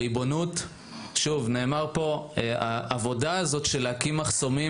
ריבונות -- העבודה של הקמת המחסומים